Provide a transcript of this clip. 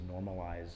normalize